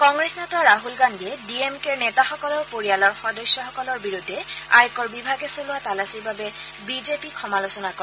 কংগ্ৰেছ নেতা ৰাহল গান্ধীয়ে D M কেৰ নেতাসকলৰ পৰিয়ালৰ সদস্যসকলৰ বিৰুদ্ধে আয়কৰ বিভাগে চলোৱা তালাচীৰ বাবে বিজেপিক সমালোচনা কৰে